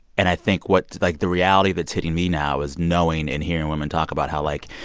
and i think what like, the reality that's hitting me now is knowing and hearing women talk about how, like,